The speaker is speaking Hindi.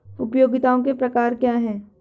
उपयोगिताओं के प्रकार क्या हैं?